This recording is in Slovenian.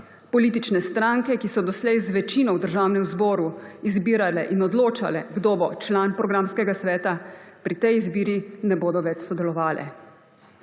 Politične stranke, ki so doslej z večino v Državnem zboru izbirale in odločale, kdo bo član programskega sveta, pri tej izbiri ne bodo več sodelovale.